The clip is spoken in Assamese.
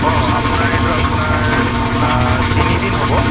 অ' আপোনাৰ এইটো আপোনাৰ তিনিদিন হ'ব